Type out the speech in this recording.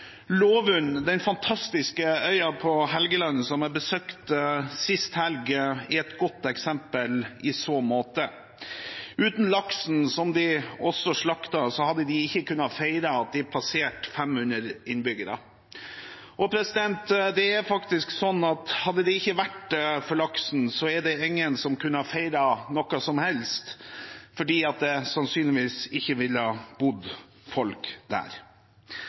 Lovund, den fantastiske øya på Helgeland, som jeg besøkte sist helg, er et godt eksempel i så måte. Uten laksen, som de også slakter, hadde de ikke kunnet feire at de passerte 500 innbyggere. Og det er faktisk slik at hadde det ikke vært for laksen, er det ingen som kunne ha feiret noe som helst, fordi det sannsynligvis ikke ville ha bodd folk der.